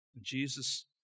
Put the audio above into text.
Jesus